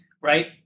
right